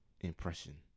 impression